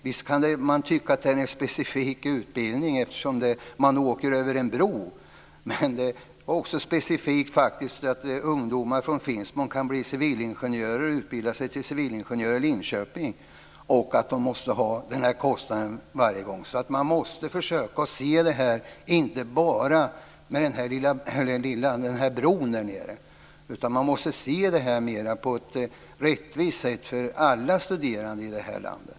Visst kan man tycka att det är en specifik utbildning eftersom man åker över en bro, men det är faktiskt också specifikt att ungdomar i Finspång kan utbilda sig till civilingenjörer i Linköping och att de måste ha den här kostnaden varje gång. Man måste försöka se att det här inte bara handlar om bron. Man måste se det på ett mer rättvist sätt för alla studerande i det här landet.